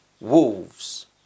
wolves